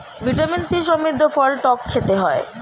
vitamin C সমৃদ্ধ ফল টক খেতে হয়